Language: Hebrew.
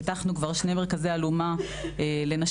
פיתחנו כבר שני מרכזי אלומה לנשים,